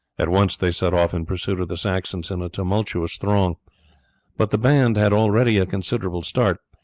at once they set off in pursuit of the saxons in a tumultuous throng but the band had already a considerable start,